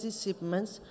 shipments